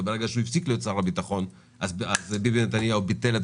וברגע שהוא הפסיק להיות שר הביטחון אז ביבי נתניהו ביטל את